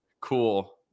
cool